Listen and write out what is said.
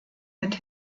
mit